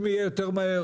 אם יהיה יותר מהר,